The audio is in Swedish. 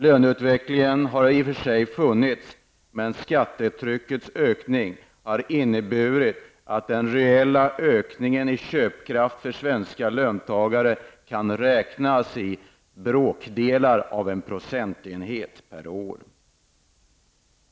Löneutveckling har i och för sig funnits, men skattetryckets ökning har inneburit att den reella tillväxten i köpkraft för svenska löntagare kan räknas i bråkdelar av en procentenhet per år.